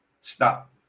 stop